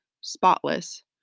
spotless